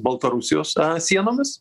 baltarusijos sienomis